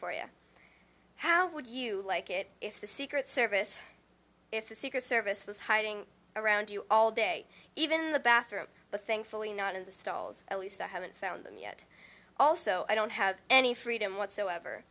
for you how would you like it if the secret service if the secret service was hiding around you all day even the bathroom but thankfully not in the stalls at least i haven't found them yet also i don't have any freedom whatsoever